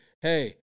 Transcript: hey